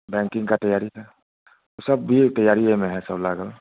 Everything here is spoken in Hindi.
बैंकिंग की तैयारी में वह सब तैयारी ही में है सब लागल